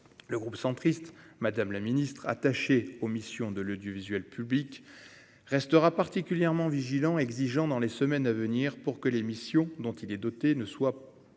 le groupe centriste, madame la ministre attaché aux missions de l'audiovisuel public restera particulièrement vigilants, exigeants dans les semaines à venir pour que l'émission dont il est doté, ne soit pas